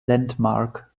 landmark